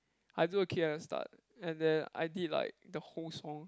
I do the kick at the start and then I did like the whole song